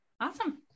Awesome